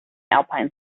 alpine